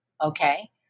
okay